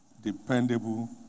dependable